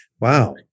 Wow